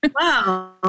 Wow